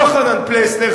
יוחנן פלסנר,